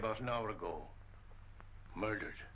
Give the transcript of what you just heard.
about an hour ago murdered